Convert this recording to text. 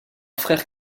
frère